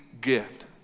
gift